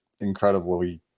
incredibly